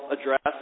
address